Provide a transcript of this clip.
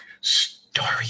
story